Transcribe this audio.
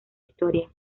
historia